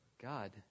God